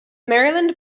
maryland